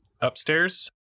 upstairs